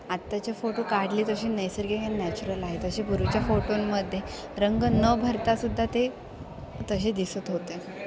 आत्ताचे फोटो काढले तसे नैसर्गिक आणि नॅचरल आहे तसे पूर्वीच्या फोटोंमध्ये रंग न भरतासुद्धा ते तसे दिसत होते